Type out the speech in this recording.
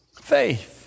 Faith